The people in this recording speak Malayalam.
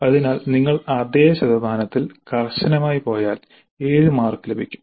അതിനാൽ നിങ്ങൾ അതേ ശതമാനത്തിൽ കർശനമായി പോയാൽ 7 മാർക്ക് ലഭിക്കും